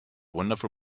wonderful